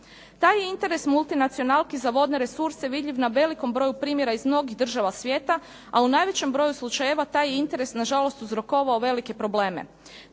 Taj je interes multinacionalki za vodne resurse vidljiv na velikom broju primjera iz mnogih država svijeta, a u najvećem broju slučajeva taj je interes na žalost uzrokovao velike probleme.